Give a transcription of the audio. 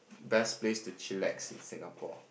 best place to chillax in Singapore